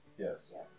Yes